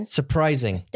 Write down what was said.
Surprising